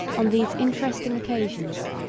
on these interesting occasions,